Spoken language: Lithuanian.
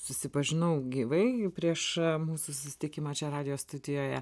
susipažinau gyvai jau prieš mūsų susitikimą čia radijo studijoje